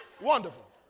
Wonderful